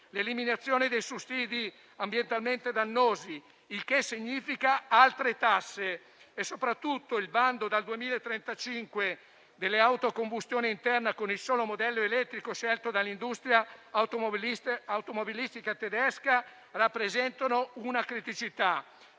l'eliminazione dei sussidi ambientalmente dannosi (il che significa altre tasse) e soprattutto il bando dal 2035 delle auto a combustione interna, con il solo modello elettrico scelto dall'industria automobilistica tedesca, rappresentano una criticità.